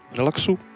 relaxu